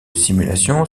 simulation